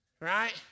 right